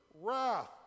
wrath